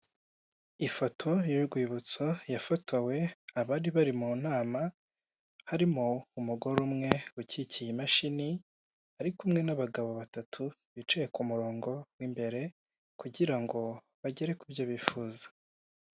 Ifoto y'urwibutso yafotowe abari bari mu nama, harimo umugore umwe ukikiye imashini, ari kumwe n'abagabo batatu bicaye ku murongo w'imbere, kugira ngo bagere ku byo bifuza.